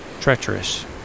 treacherous